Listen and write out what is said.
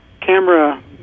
camera